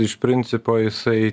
iš principo jisai